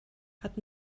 hat